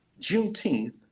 Juneteenth